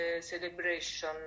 celebration